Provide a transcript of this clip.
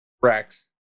Rex